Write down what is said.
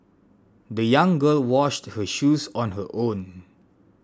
the young girl washed her shoes on her own